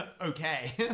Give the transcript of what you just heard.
okay